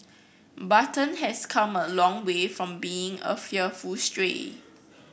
button has come a long way from being a fearful stray